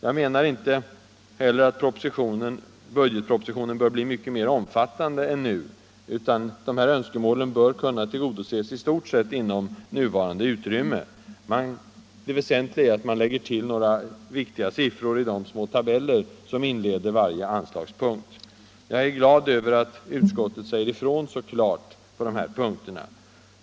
Jag menar inte heller att budgetpropositionen bör bli mycket mer omfattande än den är nu, utan dessa önskemål bör kunna tillgodoses i stort sett inom nuvarande utrymme. Det väsentliga är att man lägger till några viktiga siffror i de små tabeller som inleder varje punkt. Jag är glad över att utskottet säger ifrån så klart på de punkter jag har tagit upp.